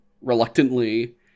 reluctantly